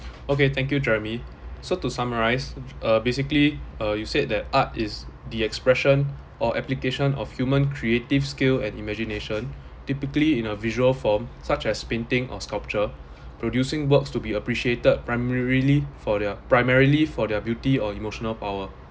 okay thank you jeremy so to summarise uh basically uh you said that art is the expression or application of human creative skill and imagination typically in a visual from such as painting or sculpture producing works to be appreciated primarily for their primarily for their beauty or emotional power